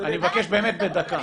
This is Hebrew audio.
אני מבקש, בדקה.